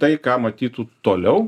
tai ką matytų toliau